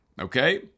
Okay